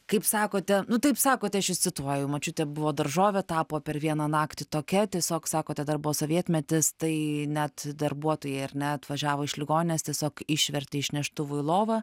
kaip sakote nu taip sakote aš jus cituoju močiutė buvo daržovė tapo per vieną naktį tokia tiesiog sakote dar buvo sovietmetis tai net darbuotojai ar ne atvažiavo iš ligoninės tiesiog išvertė iš neštuvų į lovą